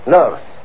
Nurse